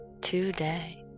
today